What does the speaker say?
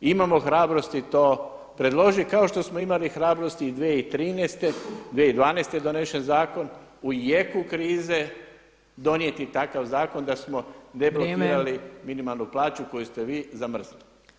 Imamo hrabrosti to predložiti kao što smo imali hrabrosti i 2013., 2012. je donesen zakon u jeku krize donijeti takav zakon da smo deblokirali minimalnu plaću koju ste vi zamrzli.